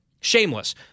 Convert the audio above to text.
Shameless